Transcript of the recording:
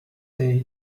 day